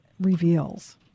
reveals